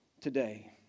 today